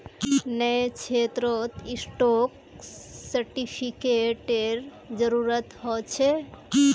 न्यायक्षेत्रत स्टाक सेर्टिफ़िकेटेर जरूरत ह छे